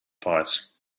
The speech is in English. parts